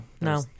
no